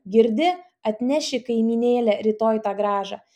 girdi atneši kaimynėle rytoj tą grąžą